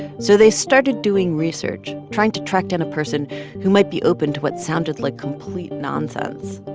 so they started doing research trying to track down a person who might be open to what sounded like complete nonsense.